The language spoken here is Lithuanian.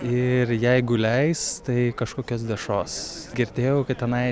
ir jeigu leis tai kažkokios dešros girdėjau kad tenai